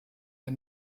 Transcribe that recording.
der